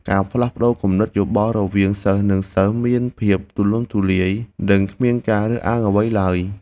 ការផ្លាស់ប្តូរគំនិតយោបល់រវាងសិស្សនិងសិស្សមានភាពទូលំទូលាយនិងគ្មានការរើសអើងអ្វីឡើយ។